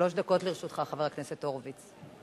שלוש דקות לרשותך, חבר הכנסת הורוביץ.